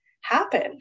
happen